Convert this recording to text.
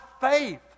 faith